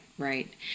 Right